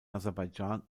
aserbaidschan